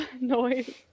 noise